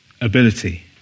ability